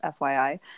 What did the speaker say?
FYI